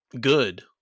good